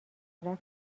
رفتیم